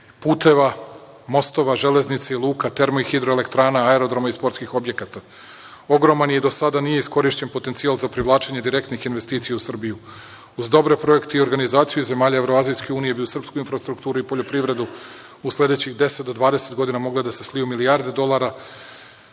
puteva, mostova, železnica i luka, termo i hidroelektrana, aerodroma i sportskih objekata. Ogroman je i do sada nije iskorišćen potencijal za privlačenje direktnih investicija u Srbiju. Uz dobre projekte i organizaciju zemalja Evroazijske unije bi u srpsku infrastrukturu i poljoprivredu u sledećih 10 do 20 godina mogle da se sliju milijarde dolara